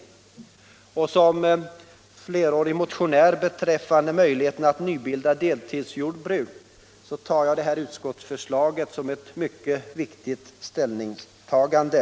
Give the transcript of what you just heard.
Nr 48 Eftersom jag under flera år har motionerat beträffande möjligheten att Torsdagen den nybilda deltidsjordbruk, tar jag det här utskottsförslaget som ett mycket 16 december 1976 viktigt ställningstagande.